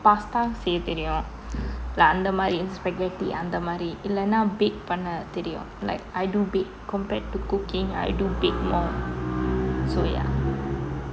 pasta செய்ய தெரியும்:seiya theriyum like அந்த மாதிரி:antha mathiri spaghetti அந்த மாதிரி இல்லைனா:antha mathiri illaina bake பண்ண தெரியும்:panna theriyum like I do bake compared to cooking I do bake more so ya